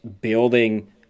building